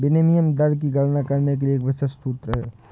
विनिमय दर की गणना करने के लिए एक विशिष्ट सूत्र है